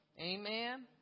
Amen